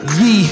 ye